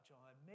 John